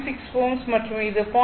6 Ω மற்றும் இது 0